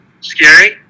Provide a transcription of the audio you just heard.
scary